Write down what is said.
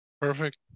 Perfect